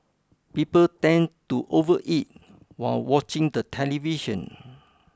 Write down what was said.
people tend to overeat while watching the television